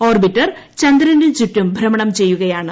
orbiter ചന്ദ്രന് ചുറ്റുക് ഭ്മെണം ചെയ്യുകയാണ്